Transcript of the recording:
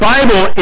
Bible